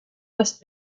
must